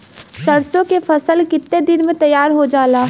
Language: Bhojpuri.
सरसों की फसल कितने दिन में तैयार हो जाला?